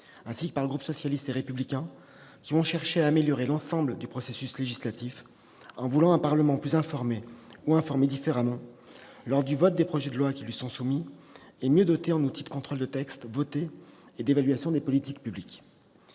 ainsi que par le groupe socialiste et républicain, qui ont cherché à améliorer l'ensemble du processus législatif, en voulant que le Parlement soit mieux informé, ou informé différemment, à l'occasion du vote des projets de loi qui lui sont soumis, et mieux doté en outils de contrôle de l'application des textes votés et d'évaluation des politiques publiques.